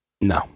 No